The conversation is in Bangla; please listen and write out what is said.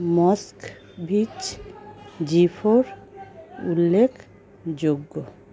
জি ফোর উল্লেখযোগ্য